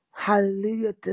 Hallelujah